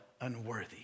unworthy